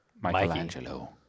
michelangelo